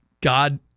God